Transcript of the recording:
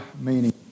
meaning